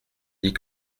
dis